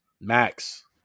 Max